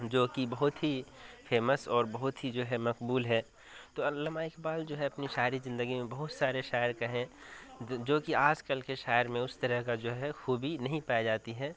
جو کہ بہت ہی فیمس اور بہت ہی جو ہے مقبول ہے تو علامہ اقبال جو ہے اپنی شاعری زندگی میں بہت سارے شاعر کہیں جو کہ آج کل کے شاعر میں اس طرح کا جو ہے خوبی نہیں پائی جاتی ہے